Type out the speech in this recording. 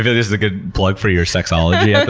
this is a good plug for your sexology yeah